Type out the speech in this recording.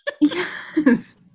yes